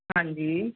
ਹਾਂਜੀ